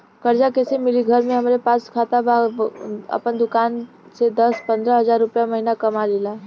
कर्जा कैसे मिली घर में हमरे पास खाता बा आपन दुकानसे दस पंद्रह हज़ार रुपया महीना कमा लीला?